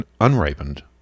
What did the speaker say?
unripened